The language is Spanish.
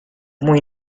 muy